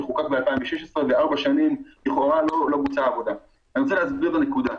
אנשים שנראים לגיטימיים ומאחוריהם עומדים גופים עבריינים,